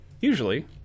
usually